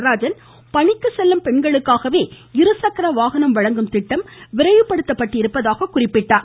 நடராஜன் பணிக்கு செல்லும் பெண்களுக்காகவே இருசக்கர வாகனம் வழங்கும் திட்டம் விரைவுபடுத்தப்பட்டிருப்பதாக குறிப்பிட்டார்